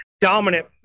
dominant